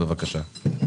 בבקשה.